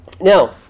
Now